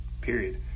period